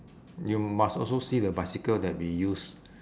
you must also see the bicycle that we use